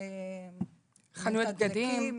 חנויות בגדים,